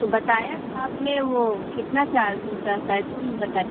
तो बताया था अपने वह कितना चार्ज बताया पैसों में बताया